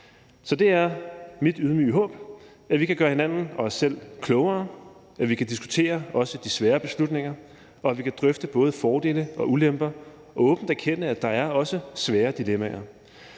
Så det er mit ydmyge håb, at vi kan gøre hinanden og os selv klogere, at vi kan diskutere også de svære beslutninger, og at vi kan drøfte både fordele og ulemper og åbent erkende, at der også er svære dilemmaer.